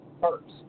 first